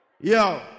Yo